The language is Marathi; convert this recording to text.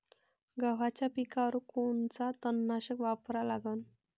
गव्हाच्या पिकावर कोनचं तननाशक वापरा लागन?